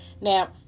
Now